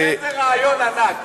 איזה רעיון ענק.